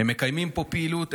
הן מקיימות פה פעילות,